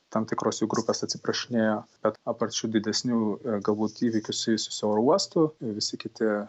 tam tikros jų grupės atsiprašinėjo bet apart šių didesnių galbūt įvykių susijusių su oro uostu visi kiti